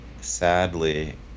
Sadly